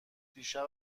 دیشب